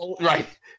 right